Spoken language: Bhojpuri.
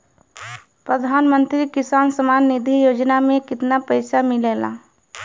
प्रधान मंत्री किसान सम्मान निधि योजना में कितना पैसा मिलेला?